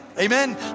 Amen